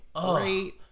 great